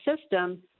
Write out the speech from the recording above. system